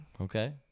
Okay